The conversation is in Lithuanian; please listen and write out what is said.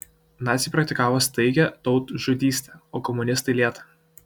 naciai praktikavo staigią tautžudystę o komunistai lėtą